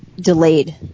delayed